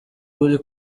buri